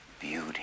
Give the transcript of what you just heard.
beauty